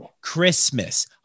Christmas